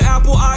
Apple